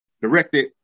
directed